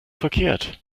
verkehrt